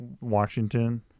Washington